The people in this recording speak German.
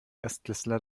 erstklässler